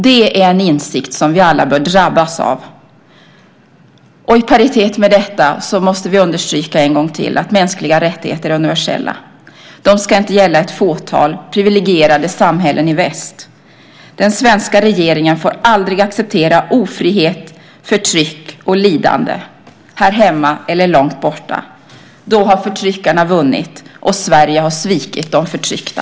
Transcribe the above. Det är en insikt som vi alla bör drabbas av. I paritet med detta måste vi en gång till understryka att mänskliga rättigheter är universella. De ska inte gälla ett fåtal privilegierade samhällen i väst. Den svenska regeringen får aldrig acceptera ofrihet, förtryck och lidande, här hemma eller långt borta. Då har förtryckarna vunnit och Sverige svikit de förtryckta.